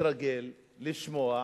להתרגל לשמוע,